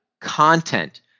content